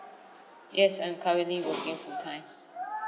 yes I'm currently working full time